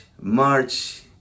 March